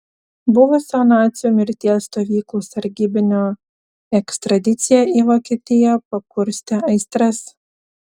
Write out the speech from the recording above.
buvusio nacių mirties stovyklų sargybinio ekstradicija į vokietiją pakurstė aistras